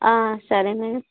సరే మ్యాడమ్